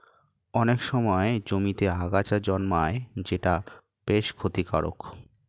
অনেক সময় জমিতে আগাছা জন্মায় যেটা বেশ ক্ষতিকারক